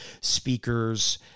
speakers